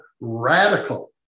Radical